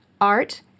art